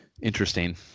interesting